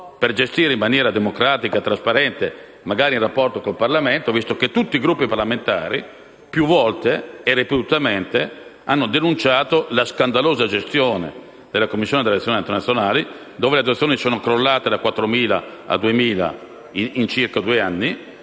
la questione in maniera democratica e trasparente, magari in rapporto con il Parlamento, visto che tutti i Gruppi parlamentari, più volte e ripetutamente, hanno denunciato la scandalosa gestione della Commissione per le adozioni internazionali. Le adozioni sono crollate da 4.000 a 2.000 in circa due anni